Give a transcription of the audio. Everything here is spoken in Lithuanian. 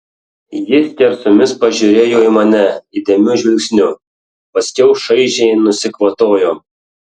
ji skersomis pažiūrėjo į mane įdėmiu žvilgsniu paskiau šaižiai nusikvatojo